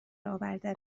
آوردن